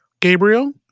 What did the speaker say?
Gabriel